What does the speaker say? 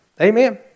Amen